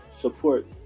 support